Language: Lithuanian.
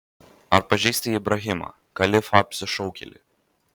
ar pažįsti ibrahimą kalifą apsišaukėlį